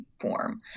form